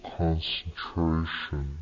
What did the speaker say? concentration